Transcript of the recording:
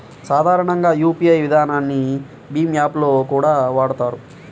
సాధారణంగా యూపీఐ విధానాన్ని భీమ్ యాప్ లో కూడా వాడతారు